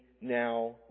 now